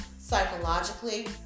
psychologically